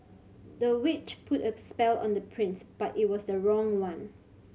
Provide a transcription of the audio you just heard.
the witch put a spell on the prince but it was the wrong one